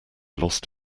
lost